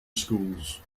schools